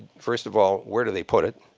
first of all, where do they put it?